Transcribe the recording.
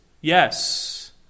yes